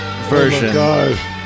version